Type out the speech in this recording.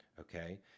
okay